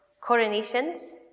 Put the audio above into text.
coronations